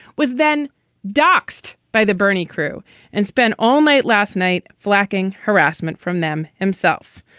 was then doxed by the bernie crew and spent all night last night. flacking harassment from them himself.